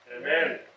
Amen